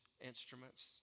Instruments